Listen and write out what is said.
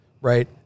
right—